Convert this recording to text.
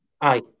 Aye